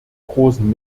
großen